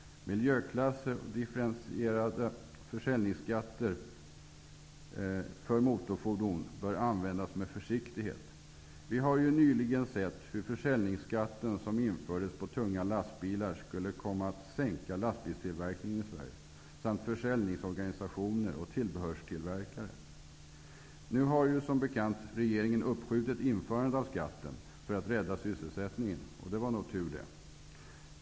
Miljöklasser och differentierade försäljningsskatter för motorfordon bör användas med försiktighet. Vi har nyligen sett hur försäljningsskatten på tunga lastbilar skulle komma att sänka lastbilstillverkningen i Sverige samt slå ut försäljningsorganisationer och tillbehörstillverkare. Nu har regeringen ju som bekant uppskjutit införandet av skatten för att rädda sysselsättningen. Det var nog tur.